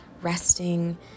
resting